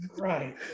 Right